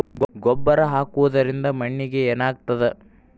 ಗೊಬ್ಬರ ಹಾಕುವುದರಿಂದ ಮಣ್ಣಿಗೆ ಏನಾಗ್ತದ?